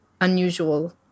unusual